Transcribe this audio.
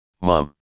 mom